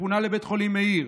פונה לבית החולים מאיר,